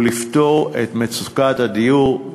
ולפתור את מצוקת הדיור.